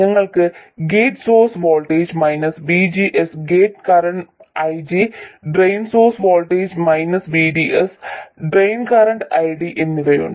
ഞങ്ങൾക്ക് gate source voltage VGS gate current IG drain source voltage VDS drain current ID എന്നിവയുണ്ട്